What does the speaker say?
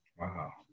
Wow